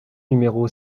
numéro